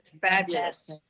fabulous